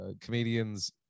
comedians